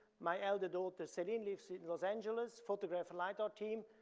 my elder daughter celine lives in los angeles, photograph and light art team,